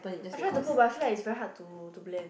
I tried to put but I feel like it's very hard to to blend